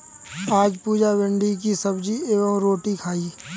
आज पुजा भिंडी की सब्जी एवं रोटी खाई